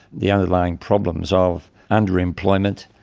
the underlying problems of underemployment,